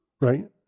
right